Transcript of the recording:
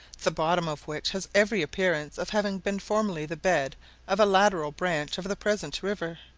the bottom of which has every appearance of having been formerly the bed of a lateral branch of the present river,